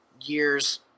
year's